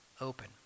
open